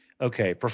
Okay